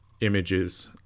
images